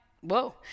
whoa